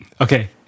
okay